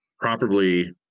properly